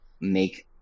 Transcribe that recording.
make